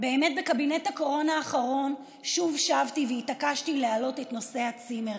באמת בקבינט הקורונה האחרון שוב שבתי והתעקשתי להעלות את נושא הצימרים.